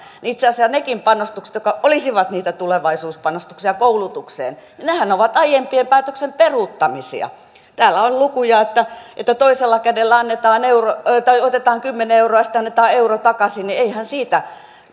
itse asiassa nekin panostukset jotka olisivat niitä tulevaisuuspanostuksia koulutukseen ovat aiempien päätöksien peruuttamisia kun täällä on lukuja että että toisella kädellä otetaan kymmenen euroa ja sitten annetaan euro takaisin niin eihän siitä